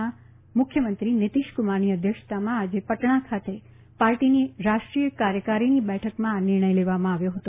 જેડીયુના વડા અને બિહારના મુખ્યમંત્રી નીતીશકુમારની અધ્યક્ષતામાં આજે પટણા ખાતે પાર્ટીની રાષ્ટ્રીય કાર્યકારીણી બેઠકમાં આ નિર્ણય લેવામાં આવ્યો હતો